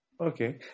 okay